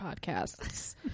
podcasts